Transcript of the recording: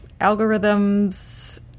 algorithms